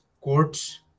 courts